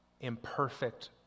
imperfect